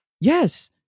Yes